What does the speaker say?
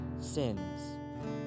sins